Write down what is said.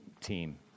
team